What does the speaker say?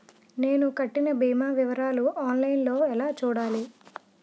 నేను కట్టిన భీమా వివరాలు ఆన్ లైన్ లో ఎలా చూడాలి?